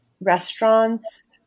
restaurants